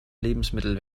lebensmittel